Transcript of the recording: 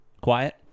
quiet